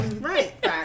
right